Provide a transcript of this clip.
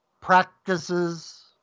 practices